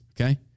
Okay